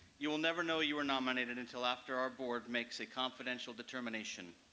you will never know you were nominated until after our board makes a confidential determination.